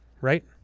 right